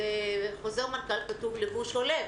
בחוזר מנכ"ל כתוב "לבוש הולם".